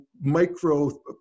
micro